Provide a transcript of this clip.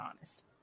honest